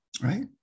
right